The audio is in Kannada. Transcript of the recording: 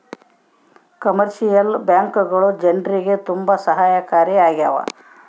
ಕಮರ್ಶಿಯಲ್ ಬ್ಯಾಂಕ್ಗಳು ಜನ್ರಿಗೆ ತುಂಬಾ ಸಹಾಯಕಾರಿ ಆಗ್ಯಾವ